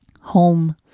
Home